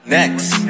Next